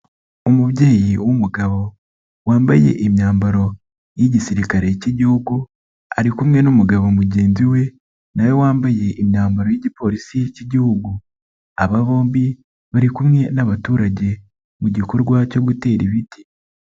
Umubyeyi w'umugabo wambaye imyambaro y'Igisirikare cy'Igihugu, ari kumwe n'umugabo mugenzi we na we wambaye imyambaro y'Igipolisi cy'Igihugu, aba bombi bari kumwe n'abaturage mu gikorwa cyo gutera ibiti.